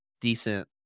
decent